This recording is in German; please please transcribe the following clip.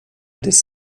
des